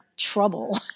trouble